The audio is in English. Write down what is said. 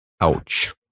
Ouch